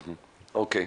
או.קיי.